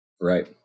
Right